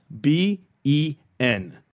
B-E-N